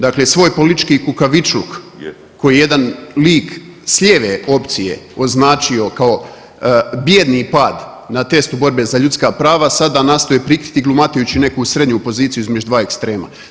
Dakle, svoj politički kukavičluk koji je jedan lik s lijeve opcije označio kao bijedni pad na testu borbe za ljudska prava sada nastoji prikriti glumatajući neku srednji poziciju između dva ekstrema.